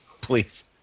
please